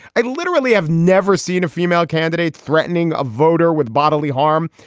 i literally have never seen a female candidate threatening a voter with bodily harm.